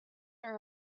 are